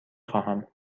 خواهم